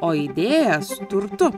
o idėjas turtu